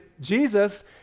Jesus